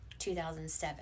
2007